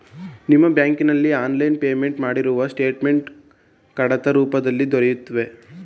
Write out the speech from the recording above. ನಿಮ್ಮ ಬ್ಯಾಂಕಿನಲ್ಲಿ online payment ಮಾಡಿರುವ ಸ್ಟೇಟ್ಮೆಂಟ್ ಕಡತ ರೂಪದಲ್ಲಿ ದೊರೆಯುವುದೇ?